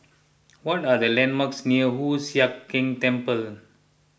what are the landmarks near Hoon Sian Keng Temple